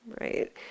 right